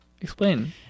Explain